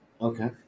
Okay